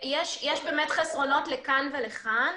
יש באמת חסרונות לכאן ולכאן.